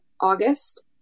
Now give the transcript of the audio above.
August